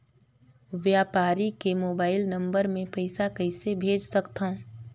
व्यापारी के mobile number मे पईसा कइसे भेज सकथव?